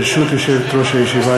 ברשות יושבת-ראש הישיבה,